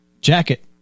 jacket